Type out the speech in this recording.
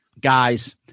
guys